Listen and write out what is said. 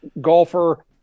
golfer